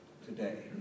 today